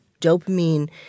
Dopamine